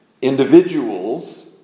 individuals